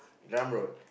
drum roll